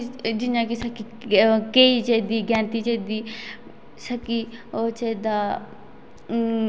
कि मैगी खानी चाहिदी होर उ'दे कन्नै फुल्के खाने चाहिदे न्यूटरी लैओ उसगी सेड़ो